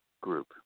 Group